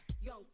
Young